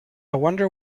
wonder